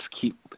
keep